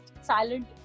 silent